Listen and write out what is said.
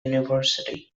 university